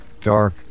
dark